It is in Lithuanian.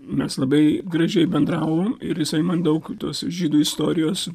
mes labai gražiai bendravom ir jisai man daug tos žydų istorijos